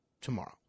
tomorrow